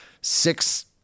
Six